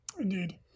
Indeed